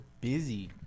busy